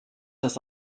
das